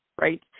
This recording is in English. right